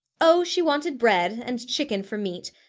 oh, she wanted bread, and chicken for meat,